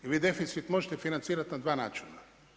Vi deficit možete financirati na dva načina.